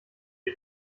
die